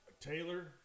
Taylor